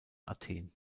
athen